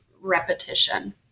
repetition